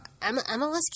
MLS